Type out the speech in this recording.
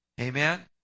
Amen